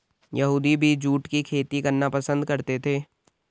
यहूदी भी जूट की खेती करना पसंद करते थे